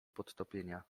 podtopienia